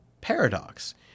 paradox